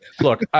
Look